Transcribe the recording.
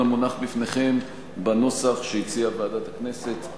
המונח בפניכם בנוסח שהציעה ועדת הכנסת.